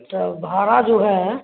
तो भाड़ा जो है